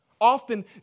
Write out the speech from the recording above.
Often